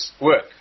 Work